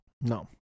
No